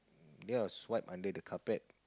they are swept under the carpet